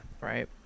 right